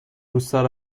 روسر